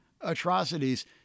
atrocities